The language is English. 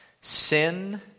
Sin